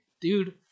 dude